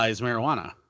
marijuana